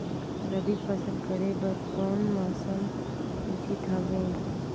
रबी फसल करे बर कोन मौसम उचित हवे?